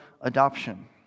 adoption